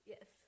Yes